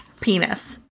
penis